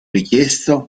richiesto